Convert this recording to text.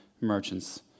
merchants